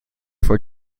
for